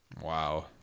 Wow